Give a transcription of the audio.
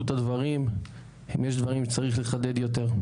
את הדברים אם יש דברים שצריך לחדד יותר.